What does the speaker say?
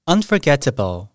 Unforgettable